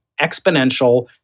exponential